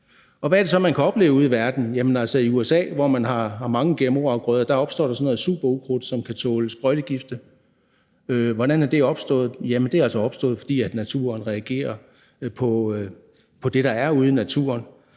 Hvad er det så, man kan opleve ude i verden? Jamen altså, i USA, hvor man har mange gmo-afgrøder, opstår der sådan noget superukrudt, som kan tåle sprøjtegifte. Hvordan er det opstået? Jamen det er altså opstået, fordi naturen reagerer på det, der er ude i naturen.